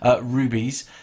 rubies